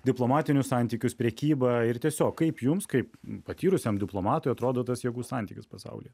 diplomatinius santykius prekybą ir tiesiog kaip jums kaip patyrusiam diplomatui atrodo tas jėgų santykis pasaulyje